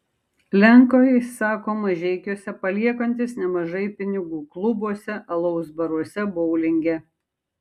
lenkai sako mažeikiuose paliekantys nemažai pinigų klubuose alaus baruose boulinge